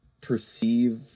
perceive